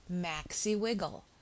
maxi-wiggle